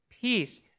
peace